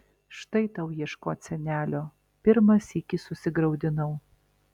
štai tau ieškot senelio pirmą sykį susigraudinau